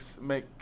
make